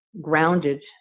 grounded